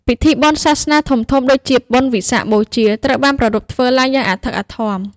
ពិធីបុណ្យសាសនាធំៗដូចជា បុណ្យវិសាខបូជា ត្រូវបានប្រារព្ធធ្វើឡើងយ៉ាងអធិកអធម។